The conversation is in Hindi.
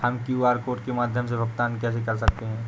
हम क्यू.आर कोड के माध्यम से भुगतान कैसे कर सकते हैं?